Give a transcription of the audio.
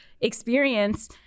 experience